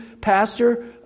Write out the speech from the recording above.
pastor